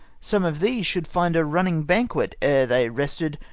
some of these should finde a running banket, ere they rested,